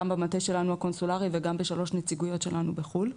גם במטה שלנו הקונסולרי וגם בשלוש נציגויות שלנו בחו"ל,